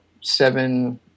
seven